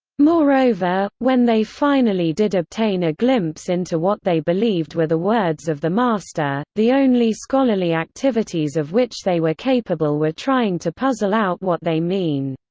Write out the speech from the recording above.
moreover, when they finally did obtain a glimpse into what they believed were the words of the master, the only scholarly activities of which they were capable were trying to puzzle out what they mean.